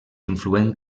influent